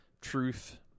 Truth